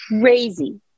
Crazy